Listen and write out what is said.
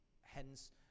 hence